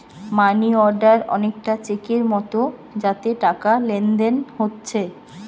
মানি order অনেকটা চেকের মতো যাতে টাকার লেনদেন হোচ্ছে